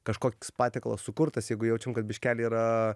kažkoks patiekalas sukurtas jeigu jaučiam kad biškelį yra